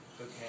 okay